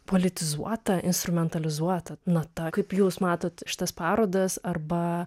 politizuota instrumentalizuota nata kaip jūs matot šitas parodas arba